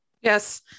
Yes